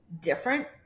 different